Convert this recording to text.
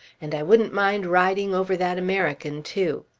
and i wouldn't mind riding over that american too.